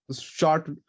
short